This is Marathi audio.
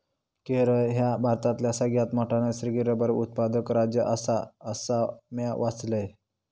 केरळ ह्या भारतातला सगळ्यात मोठा नैसर्गिक रबर उत्पादक राज्य आसा, असा म्या वाचलंय